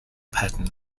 pattern